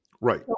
Right